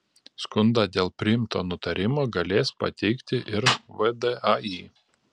skundą dėl priimto nutarimo galės pateikti ir vdai